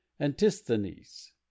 Antisthenes